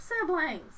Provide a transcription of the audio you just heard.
siblings